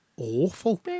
Awful